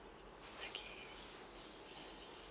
okay